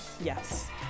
Yes